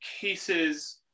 cases